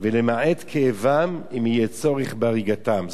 ולמעט כאבם אם יהיה צורך בהריגתם.